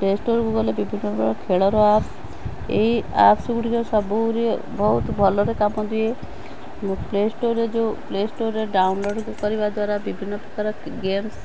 ପ୍ଲେଷ୍ଟୋର୍କୁ ଗଲେ ବିଭିନ୍ନ ପ୍ରକାର ଖେଳର ଆପ୍ସ ଏଇ ଆପ୍ସ ଗୁଡ଼ିକ ସବୁରେ ବହୁତ ଭଲରେ କାମ ଦିଏ ମୁଁ ପ୍ଲେଷ୍ଟୋର୍ରେ ଯେଉଁ ପ୍ଲେଷ୍ଟୋର୍ରେ ଡାଉନଲୋଡ଼୍ କରିବା ଦ୍ୱାରା ବିଭିନ୍ନ ପ୍ରକାର ଗେମସ୍